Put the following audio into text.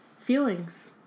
feelings